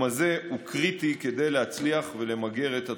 הזה הוא קריטי כדי להצליח ולמגר את התופעה.